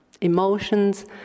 emotions